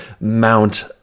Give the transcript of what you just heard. mount